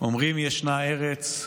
"אומרים ישנה ארץ,